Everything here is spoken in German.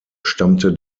stammte